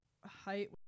height